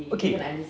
okay